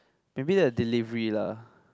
maybe the delivery lah